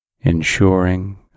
ensuring